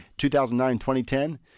2009-2010